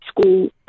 school